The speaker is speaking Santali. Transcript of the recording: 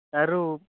ᱛᱟᱹᱨᱩᱵᱽ